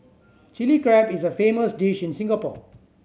Chilli Crab is a famous dish in Singapore